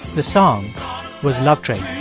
the song was love train.